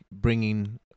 bringing